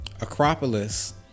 Acropolis